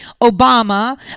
Obama